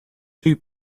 two